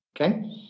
Okay